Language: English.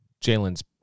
Jalen's